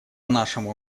нашему